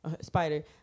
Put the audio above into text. Spider